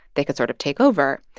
they could sort of take over.